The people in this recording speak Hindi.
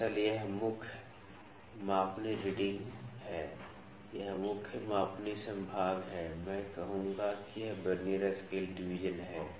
दरअसल यह मुख्य मापनी रीडिंग है यह मुख्य मापनी संभाग है मैं कहूंगा कि यह वर्नियर स्केल डिवीजन है